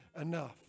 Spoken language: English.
enough